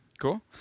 Cool